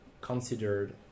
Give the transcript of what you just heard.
considered